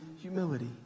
humility